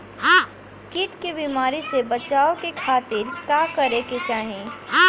कीट के बीमारी से बचाव के खातिर का करे के चाही?